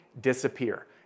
disappear